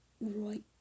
right